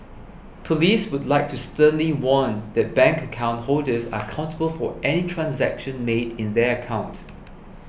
police would like to sternly warn that bank account holders are accountable for any transaction made in their account